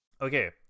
okay